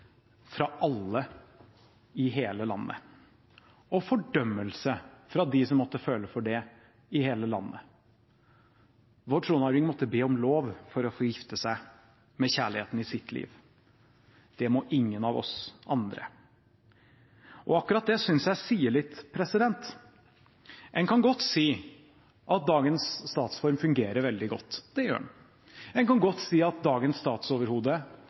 fra alle i hele landet og fordømmelse fra dem som måtte føle for det i hele landet. Vår tronarving måtte be om lov for å få gifte seg med kjærligheten i sitt liv. Det må ingen av oss andre. Akkurat det synes jeg sier litt. En kan godt si at dagens statsform fungerer veldig godt – det gjør den. En kan godt si at dagens